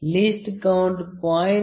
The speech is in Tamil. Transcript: least count 0